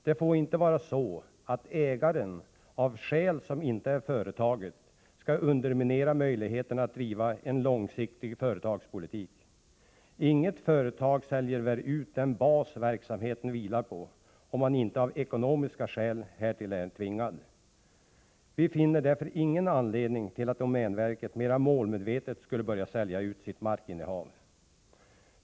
Det får inte vara så, att ägaren, av skäl som inte är företagets, skall underminera möjligheterna att driva en långsiktig företagspolitik. Inget företag säljer väl ut den bas verksamheten vilar på, om man inte av ekonomiska skäl är tvingad härtill. Vi finner därför ingen anledning till att domänverket mer målmedvetet skulle börja sälja ut sitt markinnehav.